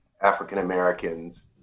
African-Americans